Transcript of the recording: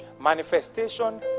manifestation